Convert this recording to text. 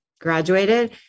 graduated